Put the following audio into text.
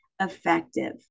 Effective